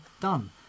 done